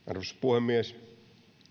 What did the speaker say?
arvoisa puhemies